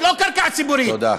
זה לא קרקע ציבורית, תודה.